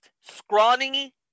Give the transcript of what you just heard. scrawny